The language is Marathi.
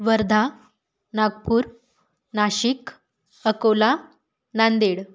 वर्धा नागपूर नाशिक अकोला नांदेड